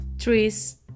Trees